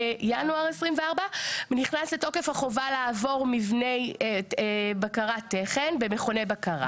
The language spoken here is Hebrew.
בינואר 2024 נכנסת לתוקף החובה לעבור בקרת תכן במכוני בקרה.